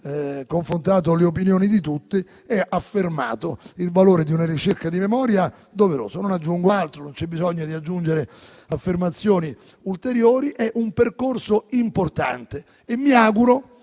confrontato le opinioni di tutti e affermato il valore doveroso di una ricerca di memoria. Non aggiungo altro, non c'è bisogno di aggiungere affermazioni ulteriori. È un percorso importante e mi auguro